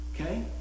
okay